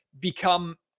become